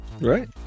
Right